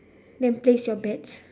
then place your bets